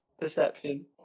perception